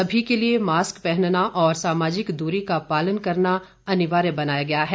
सभी के लिए मास्क पहनना और सामाजिक दूरी का पालन करना अनिवार्य बनाया गया है